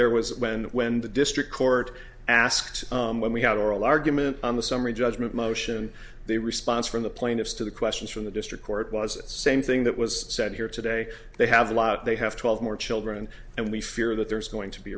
there was when when the district court asked when we had oral argument on the summary judgment motion they response from the plaintiffs to the questions from the district court was the same thing that was said here today they have a lot they have twelve more children and we fear that there is going to be